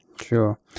sure